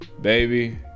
Baby